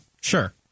Sure